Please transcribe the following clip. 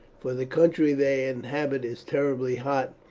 for the country they inhabit is terribly hot,